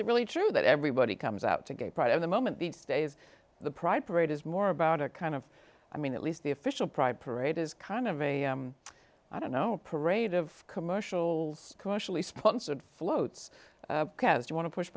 it really true that everybody comes out to gay pride and the moment be stays the pride parade is more about a kind of i mean at least the official pride parade is kind of a i don't know a parade of commercial commercially sponsored floats because you want to push